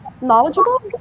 knowledgeable